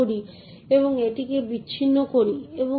তাই প্রথম জিনিসটি হল ফাইলের মালিক সঠিক মালিক কিনা তা পরীক্ষা করা